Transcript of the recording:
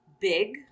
big